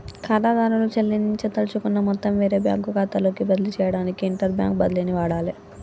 ఖాతాదారుడు చెల్లించదలుచుకున్న మొత్తం వేరే బ్యాంకు ఖాతాలోకి బదిలీ చేయడానికి ఇంటర్బ్యాంక్ బదిలీని వాడాలే